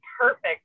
perfect